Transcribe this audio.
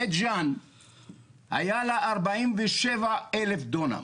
לבית ג'אן היה 47,000 דונם.